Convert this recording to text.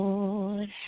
Lord